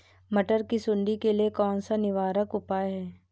मटर की सुंडी के लिए कौन सा निवारक उपाय है?